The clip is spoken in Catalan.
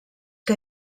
que